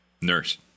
Nurse